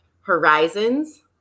Horizons